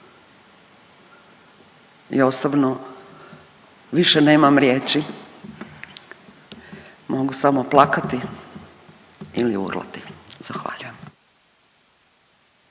Ja osobno više nemam riječi, mogu samo plakati ili urlati. Zahvaljujem.